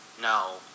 no